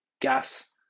gas